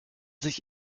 sich